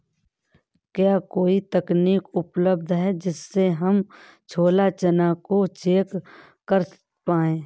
क्या कोई तकनीक उपलब्ध है जिससे हम छोला चना को चेक कर पाए?